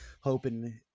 hoping